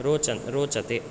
रोचन् रोचते